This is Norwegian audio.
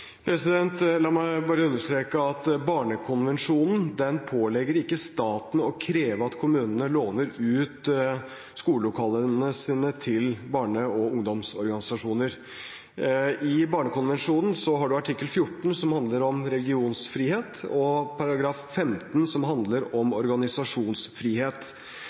La meg bare understreke at barnekonvensjonen ikke pålegger staten å kreve at kommunene låner ut skolelokalene sine til barne- og ungdomsorganisasjoner. I barnekonvensjonen har man artikkel 14, som handler om religionsfrihet, og artikkel 15, som handler om organisasjonsfrihet.